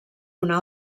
una